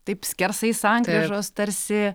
taip skersai sankryžos tarsi